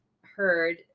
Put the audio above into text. heard